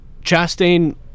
Chastain